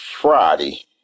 Friday